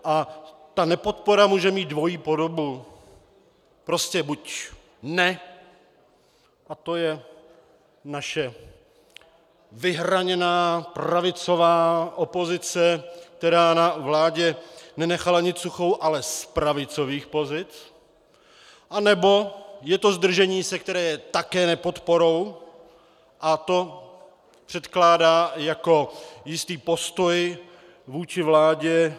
A ta nepodpora může mít dvojí podobu: prostě buď ne, a to je naše vyhraněná pravicová opozice, která na vládě nenechala nit suchou ale z pravicových pozic, anebo je to zdržení se, které je také nepodporou, a to předkládá jako jistý postoj vůči vládě KSČM.